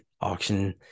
auction